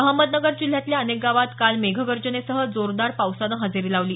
अहमदनगर जिल्ह्यातल्या अनेक भागात काल मेघगर्जनेसह जोरदार पावसानं हजेरी लावली